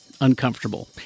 uncomfortable